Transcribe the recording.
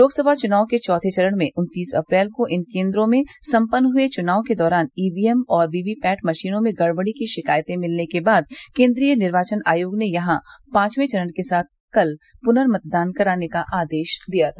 लोकसभा चुनाव के चौथे चरण में उन्तीस अप्रैल को इन केन्द्रों में सम्पन्न हए चुनाव के दौरान ईवीएम और वोवी पैट मशीनों में गड़बड़ी की शिकायतें मिलने के बाद केन्द्रीय निर्वाचन आयोग ने यहां पांचवें चरण के साथ कल पुनर्मतदान कराने का आदेश दिया था